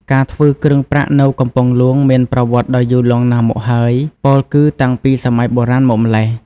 ការធ្វើគ្រឿងប្រាក់នៅកំពង់ហ្លួងមានប្រវត្តិដ៏យូរលង់ណាស់មកហើយ ពោលគឺតាំងពីសម័យបុរាណមកម្ល៉េះ។